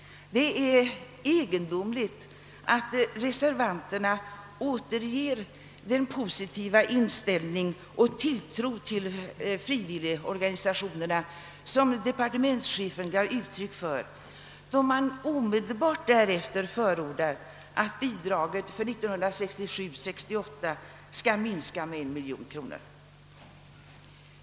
Det är egendomligt att reservanterna återger den positiva inställning och tilltro till frivilligorganisationerna som departementschefen gav uttryck åt, då de omedelbart därefter förordar att bidraget för 1967/68 skall minskas med en miljon kronor.